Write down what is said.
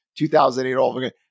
2008